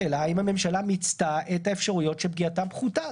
לשאלה האם הממשלה מיצתה את האפשרויות שפגיעתן פחותה.